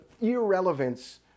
irrelevance